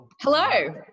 hello